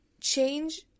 change